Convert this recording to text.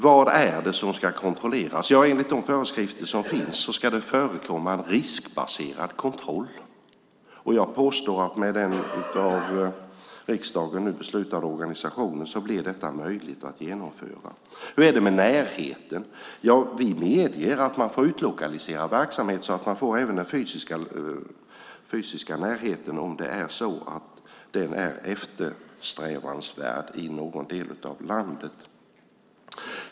Vad är det som ska kontrolleras? Ja, enligt de föreskrifter som finns ska det förekomma en riskbaserad kontroll. Jag påstår att det, med den av riksdagen nu beslutade organisationen, blir möjligt att genomföra detta. Hur är det med närheten? Ja, vi medger att man får utlokalisera verksamhet så att man får även den fysiska närheten om den är eftersträvansvärd i någon del av landet.